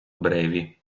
brevi